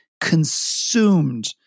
consumed